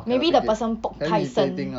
maybe the person poke 太深